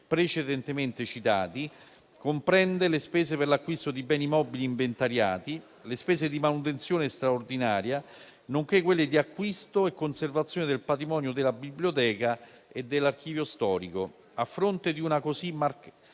precedentemente citati, comprende le spese per l'acquisto di beni mobili inventariati, le spese di manutenzione straordinaria, nonché quelle di acquisto e conservazione del patrimonio della biblioteca e dell'archivio storico. A fronte di un così marcato